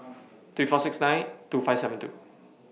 three four six nine two five seven two